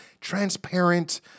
transparent